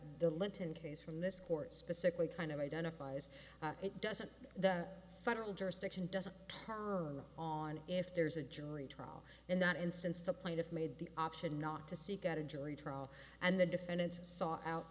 the lenten case from this court specifically kind of identifies it doesn't that federal jurisdiction doesn't touch on if there's a jury trial in that instance the plaintiff made the option not to seek out a jury trial and the defendant